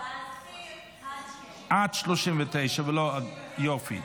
להסיר עד 39. אנחנו נעבור להצבעה על הסתייגות מס'